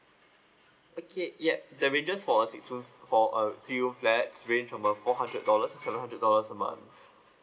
okay yup the rental for a six room for a three room flats ranging from uh four hundred dollars to seven hundred dollars a month